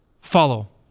follow